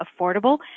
affordable